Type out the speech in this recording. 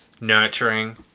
nurturing